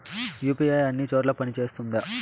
UPI అన్ని చోట్ల పని సేస్తుందా?